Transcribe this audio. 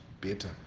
better